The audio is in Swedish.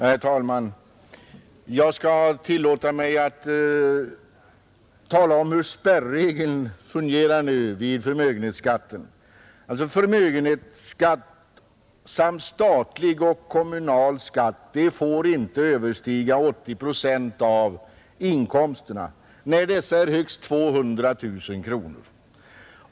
Herr talman! Jag skall tillåta mig att här tala om hur spärregeln fungerar nu vid förmögenhetsbeskattningen. Förmögenhetsskatt samt statlig och kommunal skatt får inte överstiga 80 procent av inkomsterna, när dessa är högst 200 000 kronor.